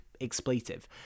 expletive